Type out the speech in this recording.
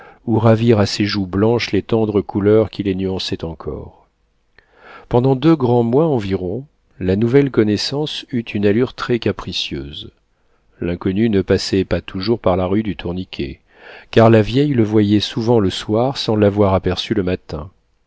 ou ravir à ses joues blanches les tendres couleurs qui les nuançaient encore pendant deux grands mois environ la nouvelle connaissance eut une allure très capricieuse l'inconnu ne passait pas toujours par la rue du tourniquet car la vieille le voyait souvent le soir sans l'avoir aperçu le matin